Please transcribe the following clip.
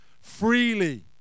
freely